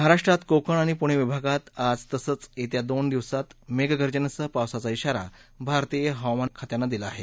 महाराष्ट्रात कोकण आणि पुणे विभागात आज तसंच येत्या दोन दिवसात मेघगर्जनेसह पावसाचा इशारा भारतीय हवामान खात्यानं दिला आहे